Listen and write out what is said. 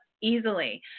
easily